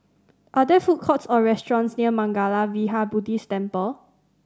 are there food courts or restaurants near Mangala Vihara Buddhist Temple